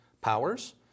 powers